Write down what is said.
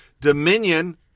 Dominion